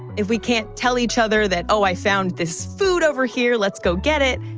if we can't tell each other that, oh, i found this food over here. let's go get it,